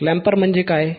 clamper म्हणजे काय